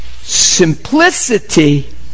simplicity